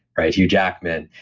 hugh jackman,